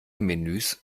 menüs